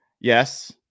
yes